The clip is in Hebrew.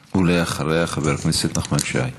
ואחריה, חבר הכנסת נחמן שי.